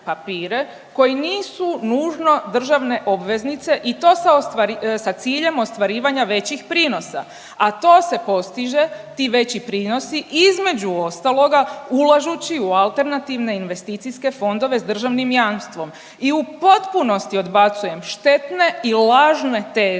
koji nisu nužno državne obveznice i to sa ciljem ostvarivanja većih prinosa, a to se postiže, ti veći prinosi, između ostaloga ulažući u alternativne investicijske fondove s državnim jamstvom i u potpuno odbacujem štetne i lažne teze